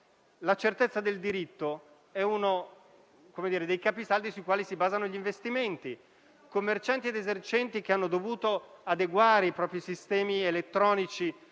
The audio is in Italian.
La certezza del diritto è infatti uno dei capisaldi su cui si basano gli investimenti. I commercianti e gli esercenti che hanno dovuto adeguare i propri sistemi elettronici